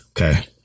Okay